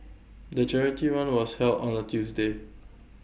the charity run was held on A Tuesday